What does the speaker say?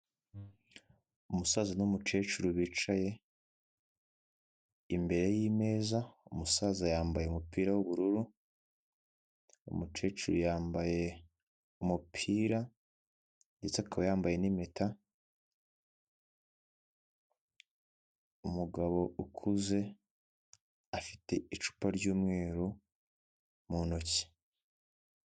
Umusaza n'umukecuru bicaye imbere y'imeza, umusaza yambaye umupira w'ubururu, umukecuru yambaye umupira ndetse akaba yambaye n'impeta, umugabo ukuze afite icupa ry'umweru mu ntoki.